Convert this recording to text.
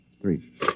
Three